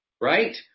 right